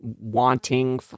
wanting